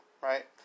right